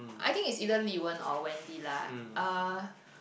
I think it's either Li-wen or Wendy lah uh